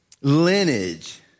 lineage